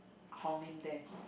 Hong-Lim there